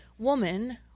Woman